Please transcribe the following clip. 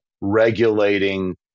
regulating